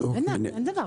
אין דבר כזה.